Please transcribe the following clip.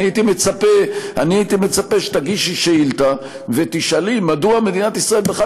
הייתי מצפה שתגישי שאילתה ותשאלי מדוע מדינת ישראל בכלל